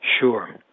Sure